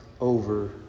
over